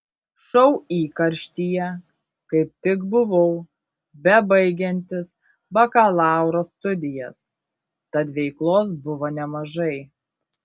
šou įkarštyje kaip tik buvau bebaigiantis bakalauro studijas tad veiklos buvo nemažai